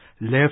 Left